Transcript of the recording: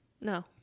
No